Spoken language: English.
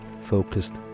focused